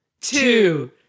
Two